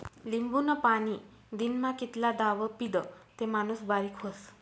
लिंबूनं पाणी दिनमा कितला दाव पीदं ते माणूस बारीक व्हस?